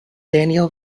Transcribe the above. daniel